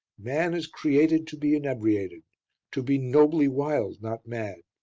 man is created to be inebriated to be nobly wild, not mad.